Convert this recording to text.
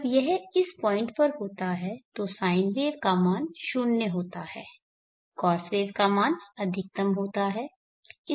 जब यह इस पॉइंट पर होता है तो साइन वेव का मान 0 होता है कॉस वेव का मान अधिकतम होता है